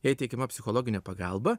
jai teikiama psichologinė pagalba